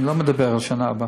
אני לא מדבר על שנה הבאה.